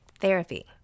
Therapy